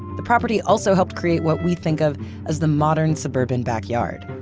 the property also helped create what we think of as the modern suburban backyard,